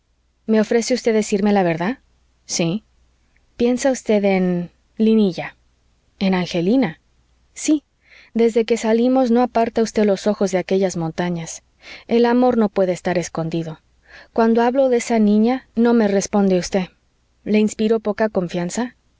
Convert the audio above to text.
me ofrece usted decirme la verdad sí piensa usted en linilla en angelina sí desde que salimos no aparta usted los ojos de aquellas montañas el amor no puede estar escondido cuando hablo de esa niña no me responde usted le inspiro poca confianza